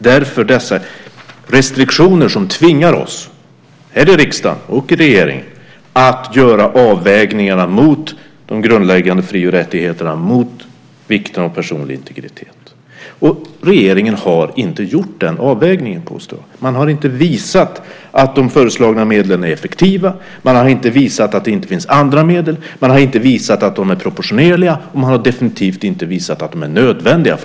Därför finns de restriktioner som tvingar oss, här i riksdagen och i regeringen, att göra avvägningarna mot de grundläggande fri och rättigheterna, mot vikten av personlig integritet. Regeringen har inte gjort den avvägningen, påstår jag. Man har inte visat att de föreslagna medlen är effektiva, man har inte visat att det inte finns andra medel, man har inte visat att de är proportionerliga, och man har definitivt inte visat att de är nödvändiga.